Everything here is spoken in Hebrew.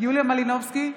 יוליה מלינובסקי,